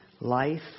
Life